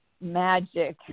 magic